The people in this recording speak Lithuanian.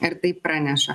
ir tai praneša